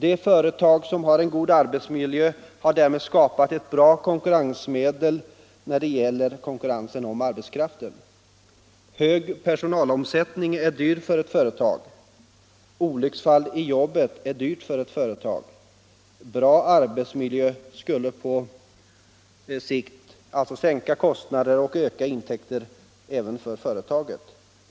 Det företag som har en god arbetsmiljö har därmed skapat ett bra konkurrensmedel när det gäller konkurrens om arbetskraften. Hög personalomsättning är dyr för ett företag. Olycksfall i jobbet är också dyra för ett företag. Bra arbetsmiljö skulle på sikt alltså ge sänkta kostnader och ökade intäkter för företaget,